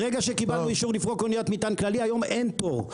ברגע שקיבלנו אישור לפרוק מוניות מטען כללי היום אין תור.